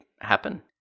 happen